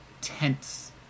tense